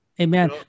Amen